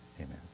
Amen